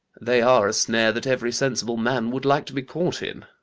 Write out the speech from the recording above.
they are a snare that every sensible man would like to be caught in.